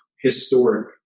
historic